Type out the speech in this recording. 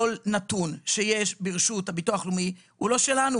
כל נתון שיש ברשות הביטוח הלאומי הוא לא שלנו.